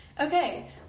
Okay